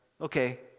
Okay